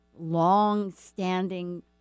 long-standing